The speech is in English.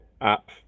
app